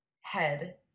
head